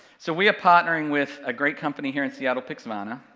so we are partnering with a great company here in seattle, pixvana,